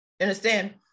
Understand